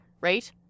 Right